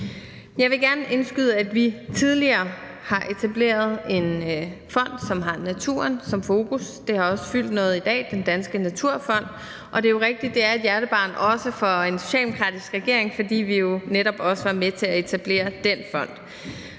Jeg vil gerne indskyde, at vi tidligere har etableret en fond, som har naturen som fokus, nemlig Den Danske Naturfond – det har også fyldt noget i dag – og det er jo rigtigt, at det er et hjertebarn, også for en socialdemokratisk regering, fordi vi jo netop også var med til at etablere den fond.